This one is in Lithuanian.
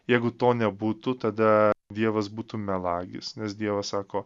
jeigu to nebūtų tada dievas būtų melagis nes dievas sako